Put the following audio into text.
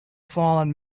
fallen